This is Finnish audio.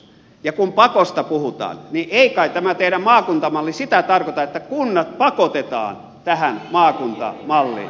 ja kun pakosta puhutaan niin ei kai tämä teidän maakuntamalli sitä tarkoita että kunnat pakotetaan tähän maakuntamalliin